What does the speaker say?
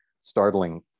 startling